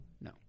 No